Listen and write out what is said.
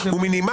אם הוא מינימלי.